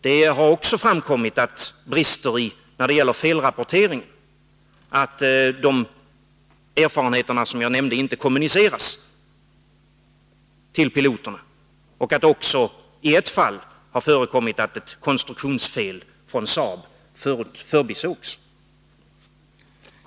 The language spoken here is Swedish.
Det har även framkommit att det varit brister när det gäller felrapporteringen — att erfarenheter, som jag nämnde, inte kommuniceras till piloterna. Och i ett fall har det förekommit att ett konstruktionsfel från Saabs sida förbisetts.